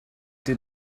did